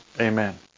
amen